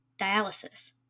dialysis